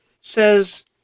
says